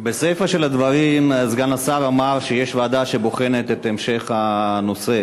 בסיפה של הדברים אמר סגן השר שיש ועדה שבוחנת את המשך הנושא,